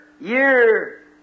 year